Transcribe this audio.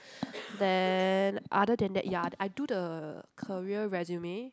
then other than that ya I do the career resume